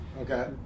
okay